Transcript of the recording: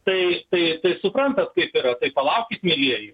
tai tai suprantat kaip yra tai palaukit mielieji